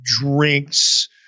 drinks